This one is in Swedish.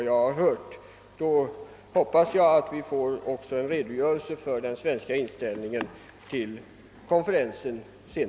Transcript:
Jag hoppas att vi då också får en redogörelse för den svenska inställningen till UNCTAD-konferensen.